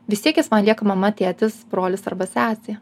vis tiek jis man lieka mama tėtis brolis arba sesė